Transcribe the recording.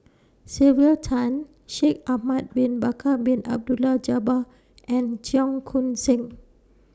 Sylvia Tan Shaikh Ahmad Bin Bakar Bin Abdullah Jabbar and Cheong Koon Seng